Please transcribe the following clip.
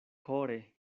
kore